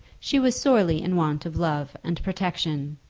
she was sorely in want of love and protection.